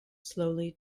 slowly